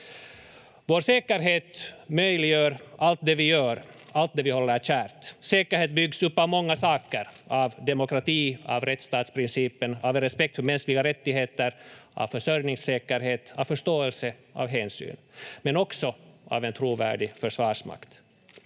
Vår säkerhet möjliggör allt det vi gör, allt det vi håller kärt. Säkerhet byggs upp av många saker: av demokrati, av rättstatsprincipen, av en respekt för mänskliga rättigheter, av försörjningssäkerhet, av förståelse, av hänsyn, men också av en trovärdig försvarsmakt.